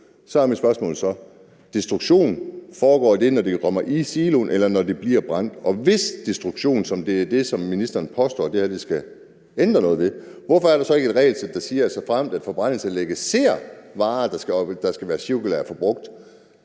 Så er mit spørgsmål så, om destruktionen foregår, når det kommer ned i siloen eller når det bliver brændt, og hvis destruktionen er det, som ministeren påstår at det her skal ændre noget ved, hvorfor er der så ikke et regelsæt, der siger, at de, såfremt de ved forbrændingsanlægget ser, at der er varer, der skal være cirkulært forbrugt,